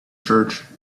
church